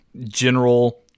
general